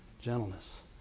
Gentleness